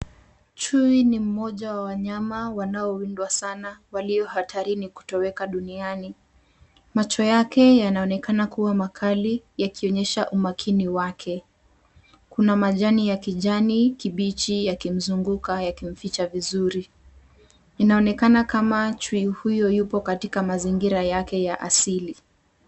Chui ni mmoja wa wanyama wanaowindwa sana, walio hatarini kutoweka duniani. Macho yake yanaonekana kuwa makali yakionyesha umakini wake. Kuna majani ya kijani kibichi yakimzunguka yakimficha vizuri. Inaonekana kama chui huyu yupo katika mazingira yake ya asili.